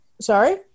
Sorry